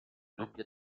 dubbio